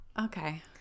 Okay